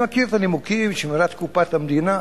אני מכיר את הנימוקים של קופת המדינה,